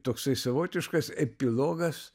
toksai savotiškas epilogas